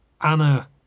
Anna